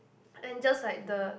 and just like the